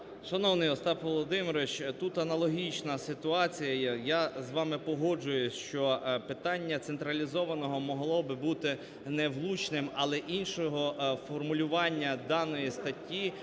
Шановний Остап Володимирович, тут аналогічна ситуація. Я з вами погоджуюсь, що питання централізованого могло би бути невлучним, але іншого формулювання даної статті